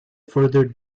further